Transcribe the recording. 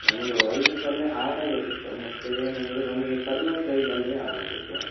ನಮಗೆ ವೈನ್ಸಲ್ಲೇ ಹಾರ್ಡೆ ಬೇಕಿತ್ತು ಮತ್ತು ಏನು ಅಂದರೆ ನಮಗೆ ಕಡಿಮೆ ಪ್ರೈಸಲ್ಲೇ ಆಗಬೇಕಿತ್ತು